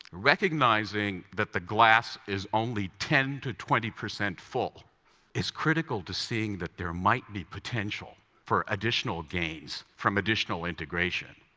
recognizing that the glass is only ten to twenty percent full is critical to seeing that there might be potential for additional gains from additional integration,